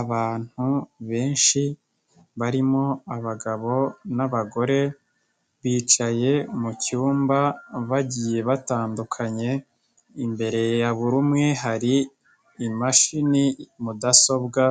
Abantu benshi barimo abagabo n'abagore, bicaye mu cyumba bagiye batandukanye, imbere ya buri umwe hari mudasobwa,